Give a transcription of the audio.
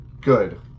good